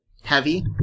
heavy